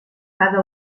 cada